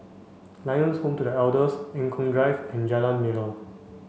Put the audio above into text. Lions Home for The Elders Eng Kong Drive and Jalan Melor